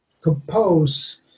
compose